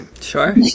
Sure